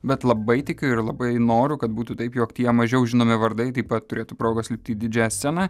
bet labai tikiu ir labai noriu kad būtų taip jog tie mažiau žinomi vardai taip pat turėtų progos lipti į didžiąją sceną